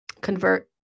convert